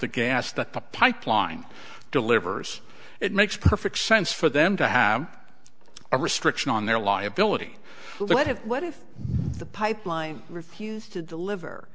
the gas that the pipeline delivers it makes perfect sense for them to have a restriction on their liability let have what if the pipeline refused to deliver